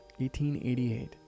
1888